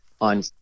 on